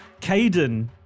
Caden